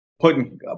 putting